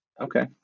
Okay